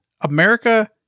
America